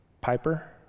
Piper